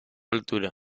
altura